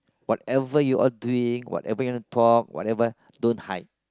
whatever you all drink whatever you want to talk whatever don't hide